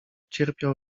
cierpiał